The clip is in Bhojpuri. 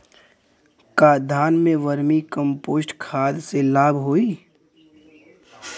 का धान में वर्मी कंपोस्ट खाद से लाभ होई?